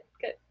Good